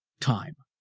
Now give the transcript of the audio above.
time.